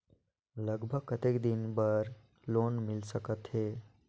लगभग कतेक दिन बार लोन मिल सकत हे?